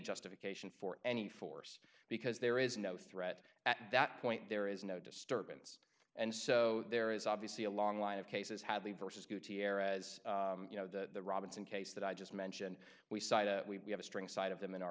justification for any force because there is no threat at that point there is no disturbance and so there is obviously a long line of cases hadley versus gutierrez you know the robinson case that i just mentioned we side we have a strong side of them in our